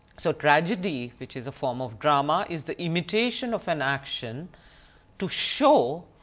so tragedy, which is a form of drama, is the imitation of an action to show